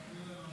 תודה רבה, אדוני